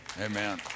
Amen